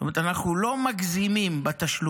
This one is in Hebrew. זאת אומרת, אנחנו לא מגזימים בתשלומים